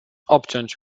obciąć